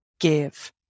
give